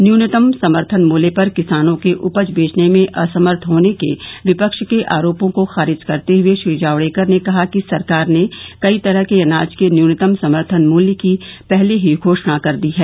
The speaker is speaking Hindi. न्यूनतम समर्थन मूल्य पर किसानों के उपज बेचने में असमर्थ होने के विपक्ष के आरोपों को खारिज करते हुए श्री जावड़ेकर ने कहा कि सरकार ने कई तरह के अनाज के न्यूनतम समर्थन मूल्य की पहले ही घोषणा कर दी है